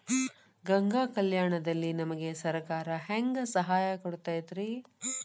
ಗಂಗಾ ಕಲ್ಯಾಣ ದಲ್ಲಿ ನಮಗೆ ಸರಕಾರ ಹೆಂಗ್ ಸಹಾಯ ಕೊಡುತೈತ್ರಿ?